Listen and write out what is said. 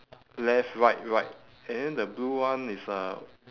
left right right and then the blue one is uh